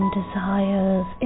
desires